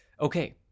Okay